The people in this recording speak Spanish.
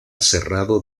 cerrado